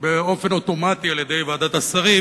באופן אוטומטי על-ידי ועדת השרים,